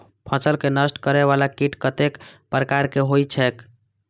फसल के नष्ट करें वाला कीट कतेक प्रकार के होई छै?